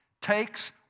Takes